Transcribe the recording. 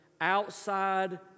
outside